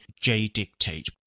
J-Dictate